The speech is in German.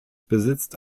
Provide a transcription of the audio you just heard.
besitzt